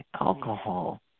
alcohol